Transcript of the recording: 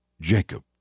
Jacob